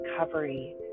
recovery